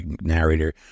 narrator